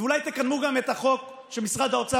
ואולי תקדמו גם את החוק שמשרד האוצר